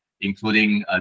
including